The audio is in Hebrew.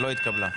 לא התקבלה.